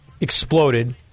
exploded